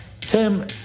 Tim